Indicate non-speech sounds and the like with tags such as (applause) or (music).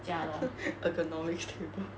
(laughs) ergonomics table